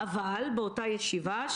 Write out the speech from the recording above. אבל באותה ישיבה,